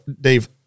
Dave